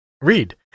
read